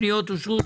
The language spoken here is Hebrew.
הפניות אושרו.